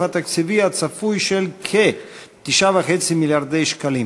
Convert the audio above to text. התקציבי הצפוי של כ-9.5 מיליארדי שקלים.